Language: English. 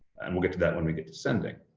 and we'll get to that let me get the sending.